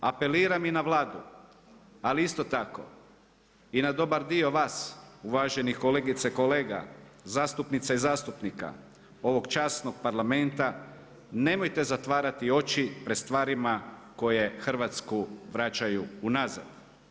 Apeliram i na Vladu, ali isto tako i na dobar dio vas uvaženih kolegica i kolega, zastupnica i zastupnika ovog časnog Parlamenta nemojte zatvarati oči pred stvarima koje Hrvatsku vraćaju unazad.